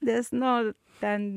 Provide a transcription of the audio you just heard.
nes nu ten